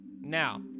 Now